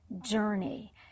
journey